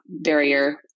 barrier